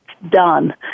done